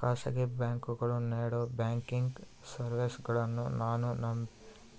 ಖಾಸಗಿ ಬ್ಯಾಂಕುಗಳು ನೇಡೋ ಬ್ಯಾಂಕಿಗ್ ಸರ್ವೇಸಗಳನ್ನು ನಾನು